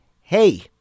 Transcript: Hey